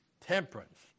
temperance